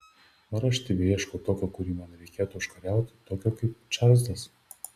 ar aš tebeieškau tokio kurį man reikėtų užkariauti tokio kaip čarlzas